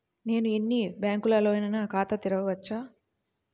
నేను ఎన్ని బ్యాంకులలోనైనా ఖాతా చేయవచ్చా?